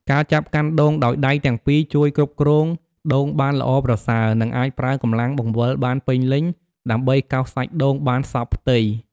ការចាប់កាន់ដូងដោយដៃទាំងពីរជួយគ្រប់គ្រងដូងបានល្អប្រសើរ និងអាចប្រើកម្លាំងបង្វិលបានពេញលេញ ដើម្បីកោសសាច់ដូងបានសព្វផ្ទៃ។